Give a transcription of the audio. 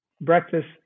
Breakfast